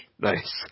Nice